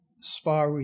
spa